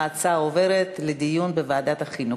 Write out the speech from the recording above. ההצעה עוברת לדיון בוועדת החינוך.